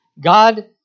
God